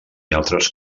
altres